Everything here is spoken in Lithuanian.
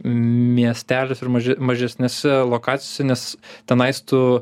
miesteliuose ir maži mažesnėse lokacines tenais tu